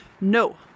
no